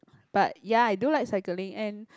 but ya I do like cycling and